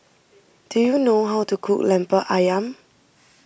do you know how to cook Lemper Ayam